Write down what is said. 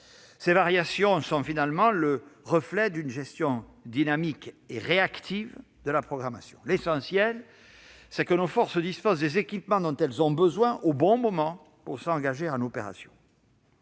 Ces variations sont finalement le reflet d'une gestion dynamique et réactive de la programmation. L'essentiel est que nos forces disposent des équipements dont elles ont besoin au bon moment, pour pouvoir s'engager